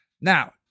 Now